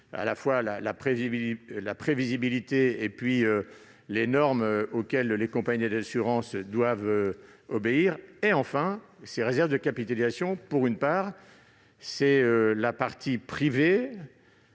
à la fois la prévisibilité et les normes auxquelles les compagnies d'assurances doivent obéir. En outre, ces réserves de capitalisation constituent, pour une part, la partie privée